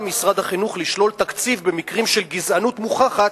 על משרד החינוך לשלול תקציב במקרים של גזענות מוכחת,